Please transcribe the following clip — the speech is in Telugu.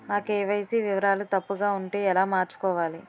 నా కే.వై.సీ వివరాలు తప్పుగా ఉంటే ఎలా మార్చుకోవాలి?